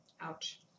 ouch